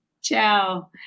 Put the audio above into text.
Ciao